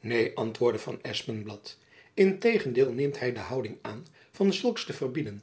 neen antwoordde van espenblad in tegendeel neemt hy de houding aan van zulks te verbieden